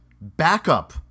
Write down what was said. backup